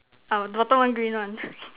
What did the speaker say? uh the bottom one green one